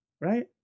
right